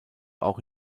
auch